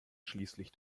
schließlich